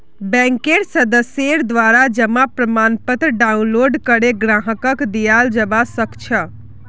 बैंकेर सदस्येर द्वारा जमा प्रमाणपत्र डाउनलोड करे ग्राहकक दियाल जबा सक छह